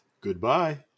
goodbye